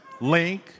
link